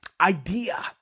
idea